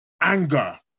anger